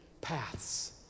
paths